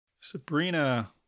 Sabrina